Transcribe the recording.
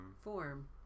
form